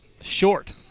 short